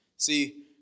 See